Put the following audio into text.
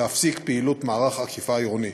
להפסיק פעילות מערך אכיפה עירוני,